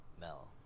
Mel